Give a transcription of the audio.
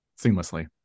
seamlessly